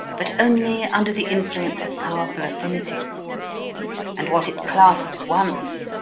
but only under the influence of powerful affinities and what it clasps once,